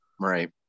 Right